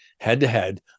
head-to-head